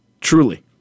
Truly